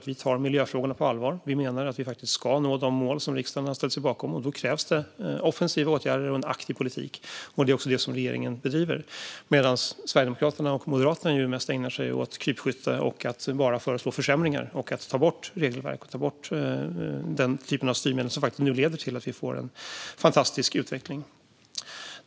Vi tar miljöfrågorna på allvar och menar att vi ska nå de mål som riksdagen har ställt sig bakom. Då krävs offensiva åtgärder och en aktiv politik. Det är också detta som regeringen bedriver, medan Sverigedemokraterna och Moderaterna mest ägnar sig åt krypskytte och att bara förslå försämringar. De vill ta bort regelverk och sådana styrmedel som nu faktiskt leder till att vi får en fantastisk utveckling.